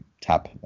tap